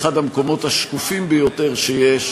היא אחד המקומות השקופים ביותר שיש,